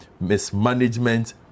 mismanagement